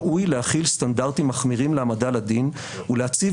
ראוי להחיל סטנדרטים מחמירים להעמדה לדין ולהציב